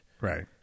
Right